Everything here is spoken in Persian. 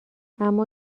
اما